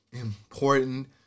important